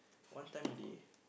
one time a day